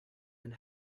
and